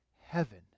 heaven